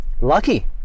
Lucky